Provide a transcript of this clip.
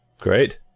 Great